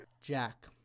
Jack